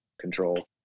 control